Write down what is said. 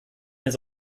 eine